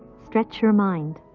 stretch your mind.